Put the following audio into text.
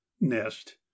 nest